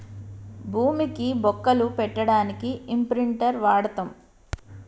భూమికి బొక్కలు పెట్టడానికి ఇంప్రింటర్ వాడతం